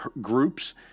groups